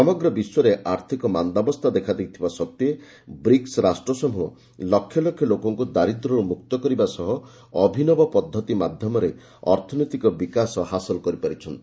ସମଗ୍ର ବିଶ୍ୱରେ ଆର୍ଥିକ ମାନ୍ଦାବସ୍ଥା ଦେଖାଦେବା ସତ୍ତ୍ୱେ ବ୍ରିକ୍ସ ରାଷ୍ଟ୍ର ସମୂହ ଲକ୍ଷଲକ୍ଷ ଲୋକଙ୍କୁ ଦାରିଦ୍ୟରୁ ମୁକ୍ତ କରିବା ସହ ଅଭିନବ ପଦ୍ଧତି ମାଧ୍ୟମରେ ଅର୍ଥନୈତିକ ବିକାଶ ହାସଲ କରିପାରିଛନ୍ତି